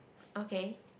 okay